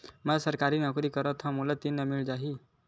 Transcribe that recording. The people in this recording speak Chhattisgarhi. मै सरकारी नौकरी करथव मोला ऋण मिल जाही?